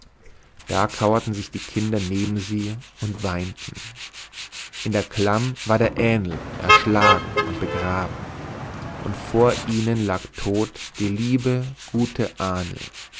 da kauerten sich die kinder neben sie und weinten in der klamm war der ähnl erschlagen und begraben und vor ihnen lag tot die liebe gute